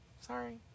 Sorry